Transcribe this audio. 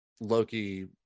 Loki